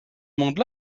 monde